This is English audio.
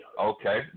Okay